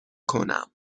کنم